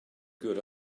good